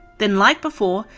then like before,